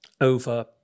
over